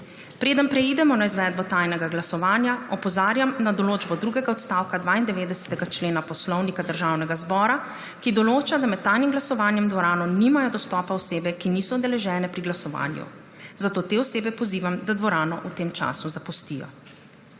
Preden preidemo na izvedbo tajnega glasovanja, opozarjam na določbo drugega odstavka 92. člena Poslovnika Državnega zbora, ki določa, da med tajnim glasovanjem v dvorano nimajo dostopa osebe, ki niso udeležene pri glasovanju. Zato te osebe pozivam, da dvorano v tem času zapustijo.